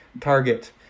target